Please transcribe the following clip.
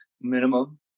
minimum